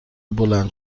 بلند